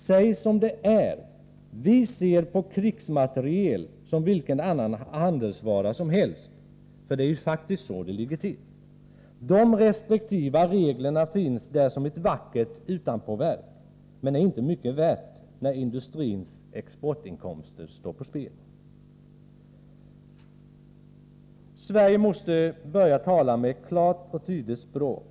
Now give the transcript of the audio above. Säg som det är, att man ser på krigsmateriel som vilken annan handelsvara som helst, för det är ju faktiskt så det ligger till. De restriktiva reglerna finns där som ett vackert utanpåverk, men är inte mycket värda när industrins exportinkomster står på spel. Sverige måste börja tala med klart och tydligt språk.